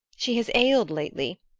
she has ailed lately!